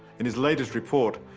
in his latest report,